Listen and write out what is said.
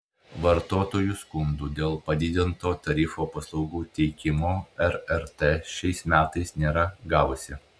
vartotojų skundų dėl padidinto tarifo paslaugų teikimo rrt šiais metais nėra gavusi